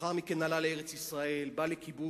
לאחר מכן הוא עלה לארץ-ישראל, בא לקיבוץ,